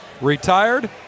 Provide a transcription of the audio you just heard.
retired